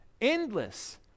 Endless